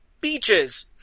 Beaches